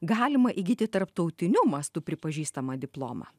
galima įgyti tarptautiniu mastu pripažįstamą diplomą